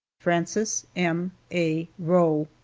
frances m. a. roe.